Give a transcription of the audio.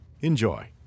Enjoy